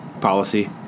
policy